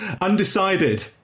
Undecided